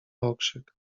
okrzyk